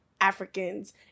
Africans